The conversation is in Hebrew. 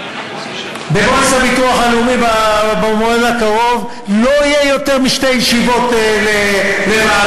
במועצת הביטוח הלאומי במועד הקרוב לא יהיו יותר משתי ישיבות לוועדה.